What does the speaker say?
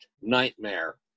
nightmare